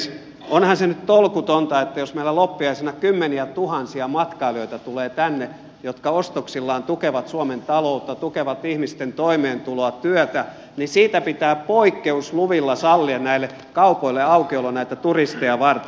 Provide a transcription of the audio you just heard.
onhan se nyt tolkutonta että jos meillä loppiaisena kymmeniätuhansia matkailijoita tulee tänne jotka ostoksillaan tukevat suomen taloutta tukevat ihmisten toimeentuloa työtä niin pitää poikkeusluvilla sallia näille kaupoille aukiolo näitä turisteja varten